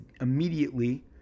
immediately